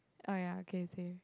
oh ya okay same